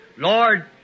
Lord